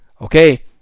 Okay